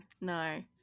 no